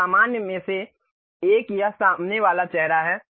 तो सामान्य में से एक यह सामने वाला चेहरा है